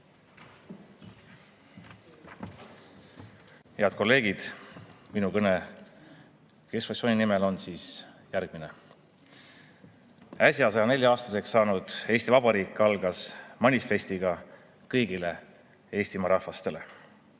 Head kolleegid! Minu kõne keskfraktsiooni nimel on järgmine. Äsja 104‑aastaseks saanud Eesti Vabariik algas manifestiga kõigile Eestimaa rahvastele.